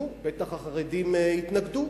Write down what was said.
נו, בטח החרדים יתנגדו.